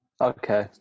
Okay